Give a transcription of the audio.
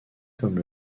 comme